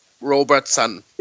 Robertson